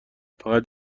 فقط